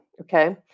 okay